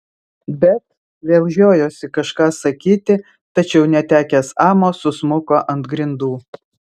bet vėl žiojosi kažką sakyti tačiau netekęs amo susmuko ant grindų